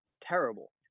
terrible